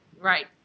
Right